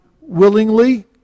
willingly